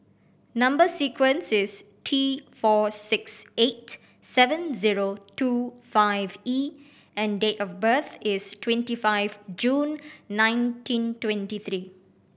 number sequence is T four six eight seven zero two five E and date of birth is twenty five June nineteen twenty three